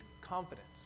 confidence